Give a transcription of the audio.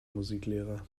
musiklehrer